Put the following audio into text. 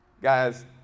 Guys